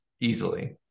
easily